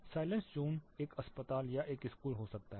silence zone एक अस्पताल या एक स्कूल हो सकता है